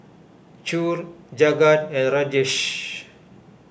Choor Jagat and Rajesh